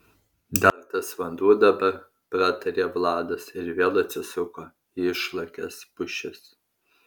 dar tas vanduo dabar pratarė vladas ir vėl atsisuko į išlakias pušis